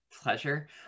pleasure